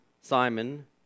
Simon